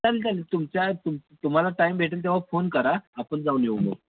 चालेल चालेल तुमच्या तुम तुम्हाला टाईम भेटेल तेव्हा फोन करा आपण जाऊन येऊ मग